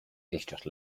éisteacht